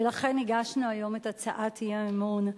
ולכן הגשנו היום את הצעת האי-אמון.